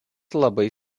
labai